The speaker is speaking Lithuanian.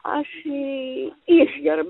aš išgeriu